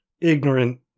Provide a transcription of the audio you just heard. ignorant